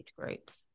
groups